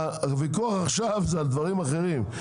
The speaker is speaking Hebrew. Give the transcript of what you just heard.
הוויכוח עכשיו זה על דברים אחרים,